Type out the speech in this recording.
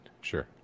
sure